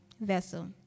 vessel